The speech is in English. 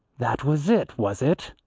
that was it, was it?